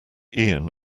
ian